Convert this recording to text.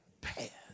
path